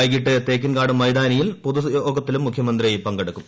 വൈകിട്ട് തേക്കിൻകാട് മൈതാനിയിൽ പൊതു യോഗത്തിലും മുഖ്യമന്ത്രി പങ്കെടുക്കും